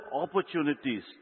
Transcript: opportunities